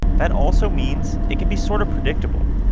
that also means it can be sort of predictable.